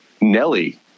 Nelly